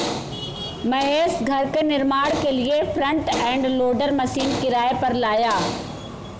महेश घर के निर्माण के लिए फ्रंट एंड लोडर मशीन किराए पर लाया